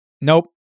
nope